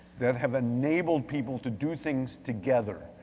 that have enabled people to do things together,